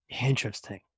Interesting